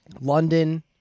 London